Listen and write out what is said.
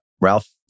Ralph